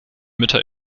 mütter